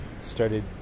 started